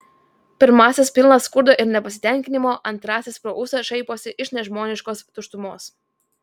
pirmasis pilnas skurdo ir nepasitenkinimo antrasis pro ūsą šaiposi iš nežmoniškos tuštumos